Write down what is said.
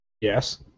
Yes